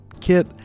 Kit